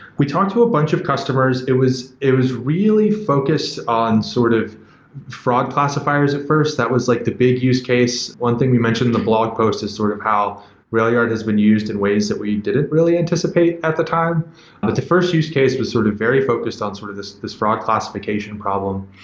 we talked to a bunch of customers. it was it was really focused on sort of fraud classifiers at first. that was like the big use case. one thing we mentioned in the blog post is sort of how railyard has been used in ways that we didn't really anticipate at the time. but the first use case was sort of very focused on sort of this this fraud classification problem.